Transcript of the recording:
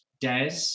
Des